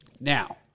Now